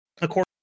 according